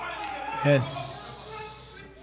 yes